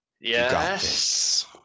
Yes